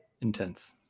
intense